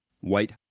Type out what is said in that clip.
White